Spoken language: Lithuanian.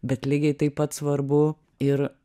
bet lygiai taip pat svarbu ir